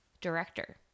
director